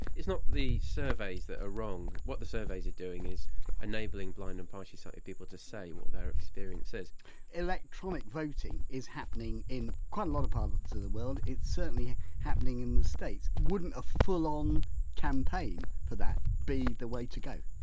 it's not the surveys that are wrong. what the surveys are doing is enabling blind and partially sighted people to say what their experience is electronic voting is happening in quite a lot of parts of the world, it's certainly happening in the states, wouldn't a full-on campaign for that be the way to go?